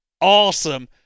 awesome